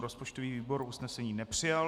Rozpočtový výbor usnesení nepřijal.